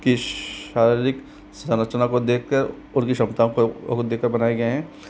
के शारीरिक संरचना को देख कर उनकी क्षमता को देख कर बनाए गए हैं